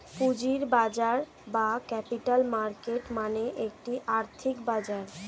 পুঁজির বাজার বা ক্যাপিটাল মার্কেট মানে একটি আর্থিক বাজার